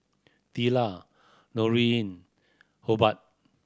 Tilla Hobart